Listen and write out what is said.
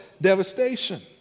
devastation